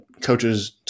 coaches